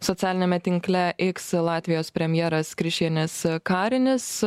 socialiniame tinkle iks latvijos premjeras krišjanis karinis